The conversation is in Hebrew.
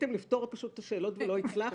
ניסיתם פשוט לפתור את השאלות ולא הצלחתם?